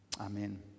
Amen